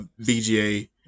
VGA